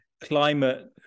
climate